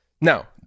Now